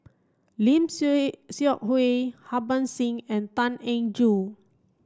Lim Seok Hui Harbans Singh and Tan Eng Joo